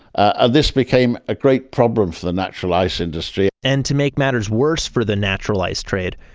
ah this became a great problem for the natural ice industry and to make matters worse for the naturalized trade,